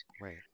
Right